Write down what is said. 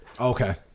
Okay